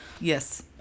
Yes